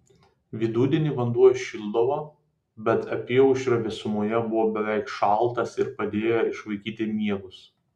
vidudienį vanduo įšildavo bet apyaušrio vėsumoje buvo beveik šaltas ir padėjo išvaikyti miegus